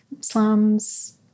slums